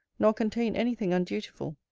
nor contain any thing undutiful.